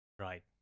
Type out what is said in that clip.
Right